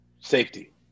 Safety